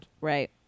right